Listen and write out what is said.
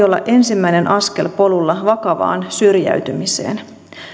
olla ensimmäinen askel polulla vakavaan syrjäytymiseen